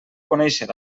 conèixer